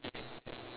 ya